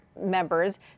members